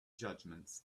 judgements